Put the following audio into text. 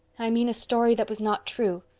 i mean a story that was not true.